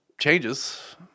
changes